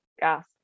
gas